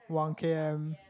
one k_m